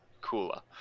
cooler